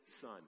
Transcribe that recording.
son